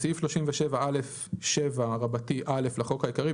בסעיף 37א7(א) לחוק העיקרי,